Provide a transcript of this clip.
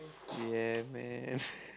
ya man